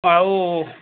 ଆଉ